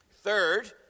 Third